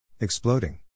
Exploding